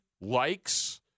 likes